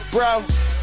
Bro